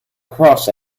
cross